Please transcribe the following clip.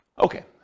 Okay